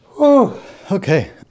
Okay